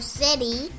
city